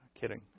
Kidding